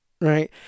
Right